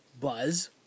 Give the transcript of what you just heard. buzz